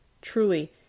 Truly